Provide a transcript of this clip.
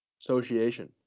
association